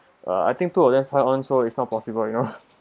uh I think two of them sign on so it not possible you know